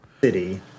City